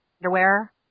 underwear